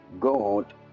God